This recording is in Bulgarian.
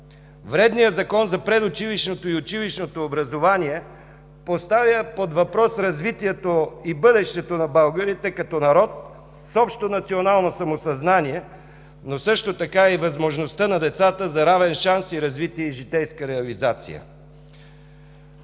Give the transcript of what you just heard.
Вредният Закон за предучилищното и училищното образование поставя под въпрос развитието и бъдещето на българите като народ с общо национално самосъзнание, но също така и възможността на децата за равен шанс за развитие и житейска реализация.